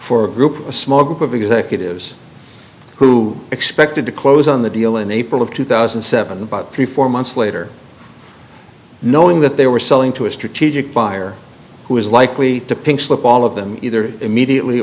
for group a small group of executives who expected to close on the deal in april of two thousand and seven about three four months later knowing that they were selling to a strategic buyer who is likely to pink slip all of them either immediately